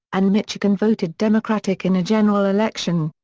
and michigan voted democratic in a general election.